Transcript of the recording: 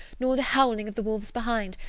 nor the howling of the wolves behind,